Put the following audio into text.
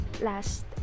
last